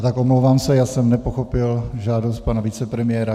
Tak se omlouvám, já jsem nepochopil žádost pana vicepremiéra.